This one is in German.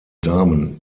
damen